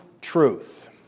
truth